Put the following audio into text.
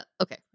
Okay